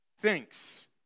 thinks